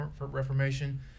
reformation